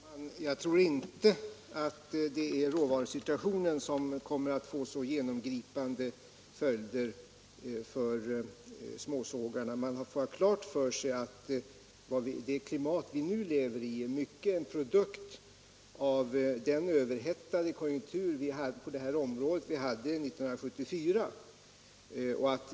Herr talman! Jag tror inte att råvarusituationen kommer att få så genomgripande följder för småsågarna. Man skall ha klart för sig att det klimat vi nu har i mycket är en produkt av den överhettade konjunkturen på detta område 1974.